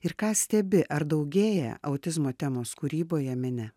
ir ką stebi ar daugėja autizmo temos kūryboje mene